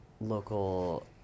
local